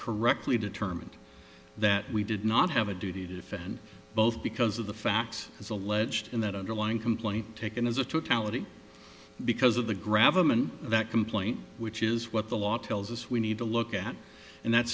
correctly determined that we did not have a duty to defend both because of the facts is alleged in that underlying complaint taken as a tallit because of the gravel men that complaint which is what the law tells us we need to look at and that